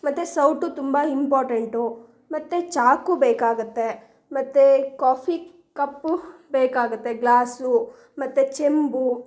ಮತ್ತು ಸೌಟು ತುಂಬ ಹಿಂಪಾರ್ಟೆಂಟು ಮತ್ತು ಚಾಕು ಬೇಕಾಗುತ್ತೆ ಮತ್ತು ಕಾಫಿ ಕಪ್ಪು ಬೇಕಾಗುತ್ತೆ ಗ್ಲಾಸು ಮತ್ತು ಚೊಂಬು